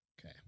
Okay